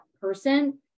person